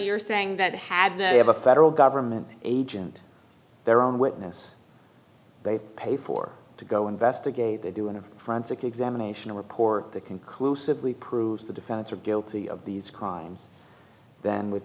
you're saying that had they have a federal government agent their own witness they pay for to go investigate they do a forensic examination report that conclusively proves the defendants are guilty of these crimes then with